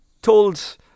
Told